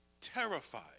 terrified